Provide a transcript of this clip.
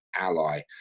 ally